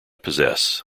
possess